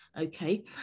okay